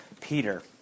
Peter